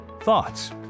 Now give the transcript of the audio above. thoughts